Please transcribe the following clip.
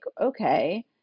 okay